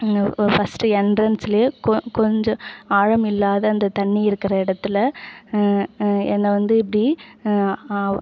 ஒரு ஃபர்ஸ்ட்டு என்ட்ரன்ஸ்ல கொஞ்சம் ஆழம் இல்லாத அந்த தண்ணி இருக்கிற இடத்துல என்ன வந்து இப்படி